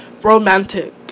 romantic